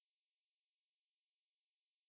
I was watching man on fire yesterday